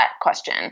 question